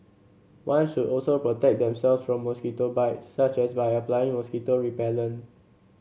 one should also protect themselves from mosquito bites such as by applying mosquito repellent